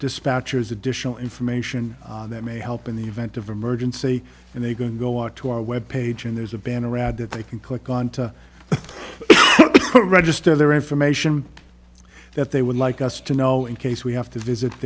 dispatchers additional information that may help in the event of emergency and they go onto our web page and there's a banner ad that they can click on to register their information that they would like us to know in case we have to visit